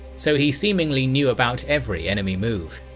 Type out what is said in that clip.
so he seemingly knew about every enemy move.